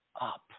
up